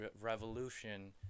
revolution